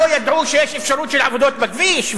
לא ידעו שיש אפשרות של עבודות בכביש,